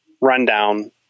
rundown